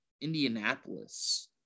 Indianapolis